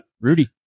rudy